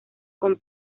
con